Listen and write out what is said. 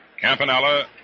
Campanella